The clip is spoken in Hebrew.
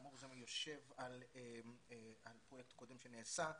זה יושב על פרויקט קודם שנעשה.